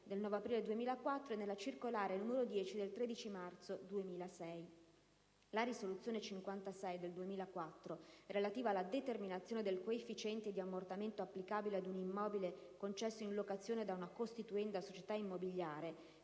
n. 56/E del 9 aprile 2004 e nella circolare n. 10/E del 13 marzo 2006. La risoluzione n. 56/E del 2004, relativa alla determinazione del coefficiente di ammortamento applicabile ad un immobile concesso in locazione da una costituenda società immobiliare,